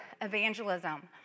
evangelism